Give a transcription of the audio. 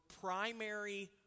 primary